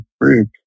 freak